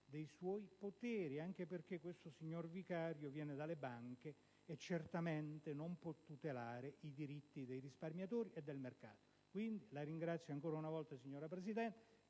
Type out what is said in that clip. dei suoi poteri, anche perché questo signor presidente vicario viene dalle banche, e certamente non può tutelare i diritti dei risparmiatori e del mercato. Quindi - la ringrazio ancora una volta, signora Presidente